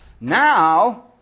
Now